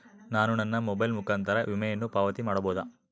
ನಾನು ನನ್ನ ಮೊಬೈಲ್ ಮುಖಾಂತರ ವಿಮೆಯನ್ನು ಪಾವತಿ ಮಾಡಬಹುದಾ?